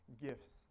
gifts